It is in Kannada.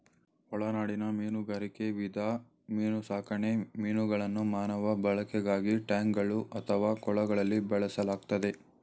ಒಳನಾಡಿನ ಮೀನುಗಾರಿಕೆ ವಿಧ ಮೀನುಸಾಕಣೆ ಮೀನುಗಳನ್ನು ಮಾನವ ಬಳಕೆಗಾಗಿ ಟ್ಯಾಂಕ್ಗಳು ಅಥವಾ ಕೊಳಗಳಲ್ಲಿ ಬೆಳೆಸಲಾಗ್ತದೆ